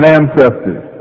ancestors